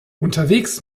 unterwegs